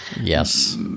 Yes